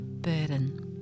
burden